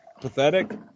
pathetic